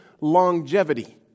longevity